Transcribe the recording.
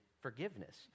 forgiveness